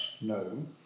No